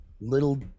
little